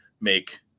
make